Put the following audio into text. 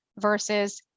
versus